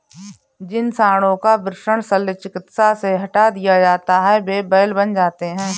जिन साँडों का वृषण शल्य चिकित्सा से हटा दिया जाता है वे बैल बन जाते हैं